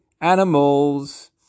animals